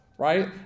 Right